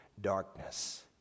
darkness